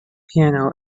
piano